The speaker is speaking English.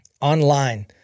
Online